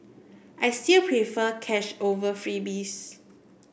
I still prefer cash over freebies